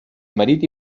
marit